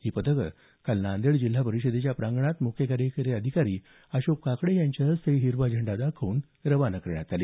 ही पथकं काल नांदेड जिल्हा परिषदेच्या प्रांगणात मुख्य कार्यकारी अधिकारी अशोक काकडे यांच्या हस्ते हिरवा झेंडा दाखवून रवाना करण्यात आली